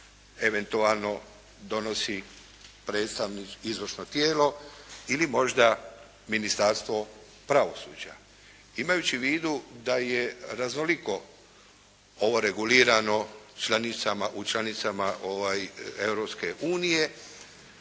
eventualno donosi predstavnik, izvršno tijelo ili možda Ministarstvo pravosuđa. Imajući u vidu da je raznoliko ovo regulirano u članicama Europske unije